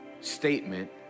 statement